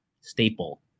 staple